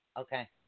okay